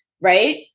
right